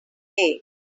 day